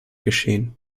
geschehen